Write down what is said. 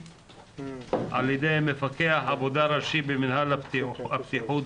על ידי מפקח עבודה ראשי במינהל הבטיחות,